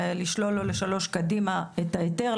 לשלול לו לשלוש קדימה את ההיתר,